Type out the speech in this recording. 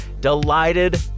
delighted